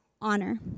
honor